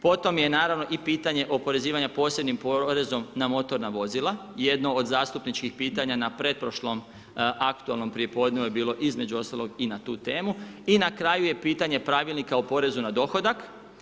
Potom je naravno i pitanje oporezivanja posebnim porezom na motorna vozila, jedna od zastupničkih pitanja na pretprošlom aktualnom prijepodneva je bilo između ostalog i na tu temu i na kraju je pitanje pravilnika o porezu na dohodak.